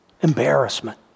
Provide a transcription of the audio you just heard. embarrassment